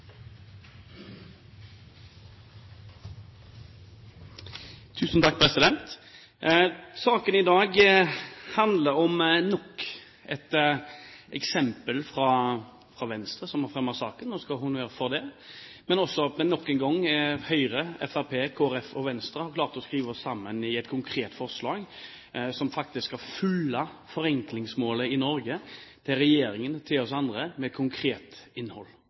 Saken i dag handler om et forslag som Venstre har fremmet, og de skal ha honnør for det, men også om at Høyre, Fremskrittspartiet, Kristelig Folkeparti og Venstre nok en gang har klart å skrive oss sammen i et konkret forslag, som faktisk har klart å fylle forenklingsmålet i Norge, til regjeringen, til oss andre, med konkret innhold.